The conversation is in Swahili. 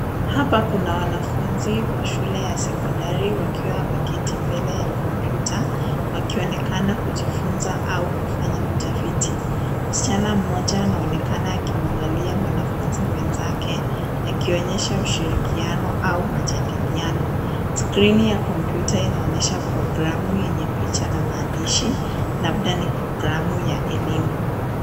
Hapa kuna wanafunzi wa shule ya sekondari wakiwa wameketi mbele ya kompyuta wakionekana kujifunza au kufanya utafiti. Msichana mmoja anaonekana kumwangalia mwanafunzi mwenzake akionyesha ushirikiano au majadiliano. Skrini ya kompyuta inaonyesha programu yenye picha na maandishi, labda ni programu ya elimu.